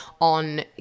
on